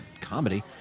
comedy